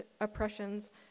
oppressions